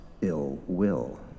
ill-will